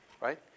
Right